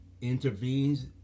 intervenes